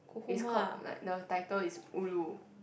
it's called like the tittle is Ulu